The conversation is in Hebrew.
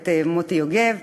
ואת מוטי יוגב.